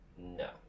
No